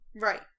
Right